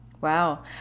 Wow